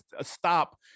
stop